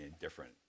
different